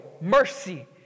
mercy